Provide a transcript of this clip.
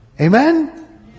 amen